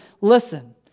listen